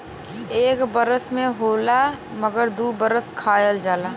एक बरस में होला मगर दू बरस खायल जाला